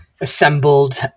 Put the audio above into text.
assembled